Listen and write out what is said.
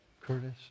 Curtis